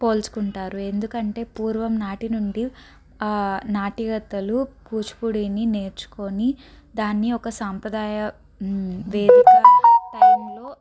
పోల్చుకుంటారు ఎందుకంటే పూర్వం నాటి నుండి నాట్యగత్తెలు కూచిపూడిని నేర్చుకొని దాన్ని ఒక సాంప్రదాయ వేదిక టైంలో